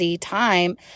time